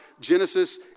Genesis